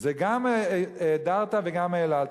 זה גם הִדרתָ וגם העללת.